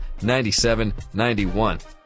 97-91